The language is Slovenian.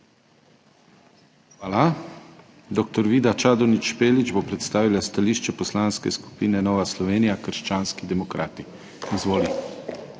Hvala. Dr. Vida Čadonič Špelič bo predstavila stališče Poslanske skupine Nova Slovenija – krščanski demokrati. Izvoli.